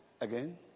Again